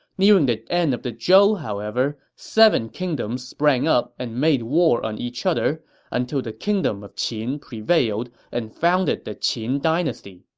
nearing the end of the zhou, however, seven kingdoms sprang up and made war on each other until the kingdom of qin prevailed and founded the qin dynasty.